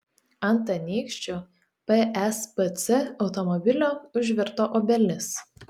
ant anykščių pspc automobilio užvirto obelis